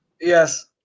Yes